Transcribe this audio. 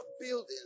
buildings